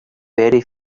very